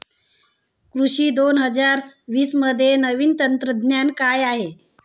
कृषी दोन हजार वीसमध्ये नवीन तंत्रज्ञान काय आहे?